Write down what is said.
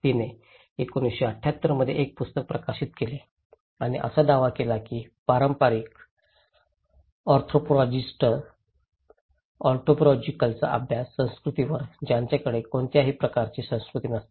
तिने 1978 मध्ये एक पुस्तक प्रकाशित केले आणि असा दावा केला की पारंपारिक अँथ्रोपोलॉजिस्टस ऑन्टॉलॉजिकलचा अभ्यास संस्कृतावर त्यांच्याकडे कोणत्याही प्रकारची संस्कृती नसते